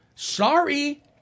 Sorry